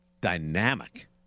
dynamic